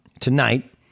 tonight